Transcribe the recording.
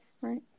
Right